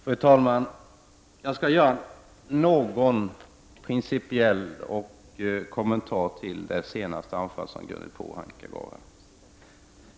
Fru talman! Jag skall göra några principiella kommentarer till det senaste anförandet som Ragnhild Pohanka höll.